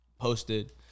posted